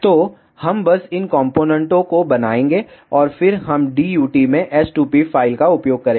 तो हम बस इन कॉम्पोनेन्टों को बनाएंगे और फिर हम DUT में s2p फ़ाइल का उपयोग करेंगे